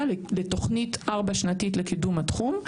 לתוכנית ארבע-שנתית לקידום התחום.